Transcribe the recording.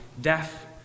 deaf